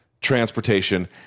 transportation